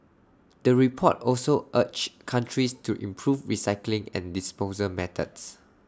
the report also urged countries to improve recycling and disposal methods